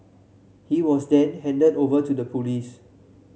he was then handed over to the police